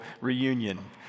reunion